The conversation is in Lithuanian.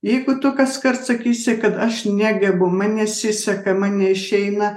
jeigu tu kaskart sakysi kad aš negebu man nesiseka man neišeina